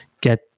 get